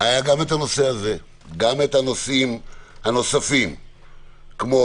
היה הנושא הזה, גם הנושאים הנוספים כמו